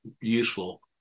useful